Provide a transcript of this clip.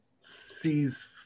sees